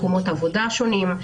מקומות עבודה שונים.